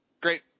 Great